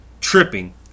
Tripping